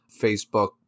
Facebook